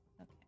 Okay